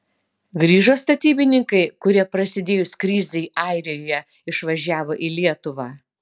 grįžo statybininkai kurie prasidėjus krizei airijoje išvažiavo į lietuvą